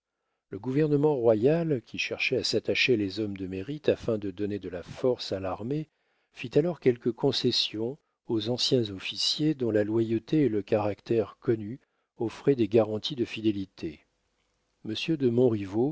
le gouvernement royal qui cherchait à s'attacher les hommes de mérite afin de donner de la force à l'armée fit alors quelques concessions aux anciens officiers dont la loyauté et le caractère connu offraient des garanties de fidélité monsieur de